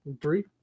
three